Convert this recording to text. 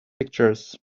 pictures